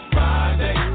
Friday